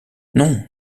non